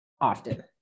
often